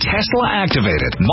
Tesla-activated